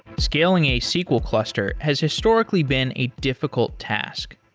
scaling a sql cluster has historically been a difficult task.